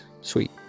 Sweet